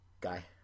Guy